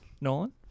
Nolan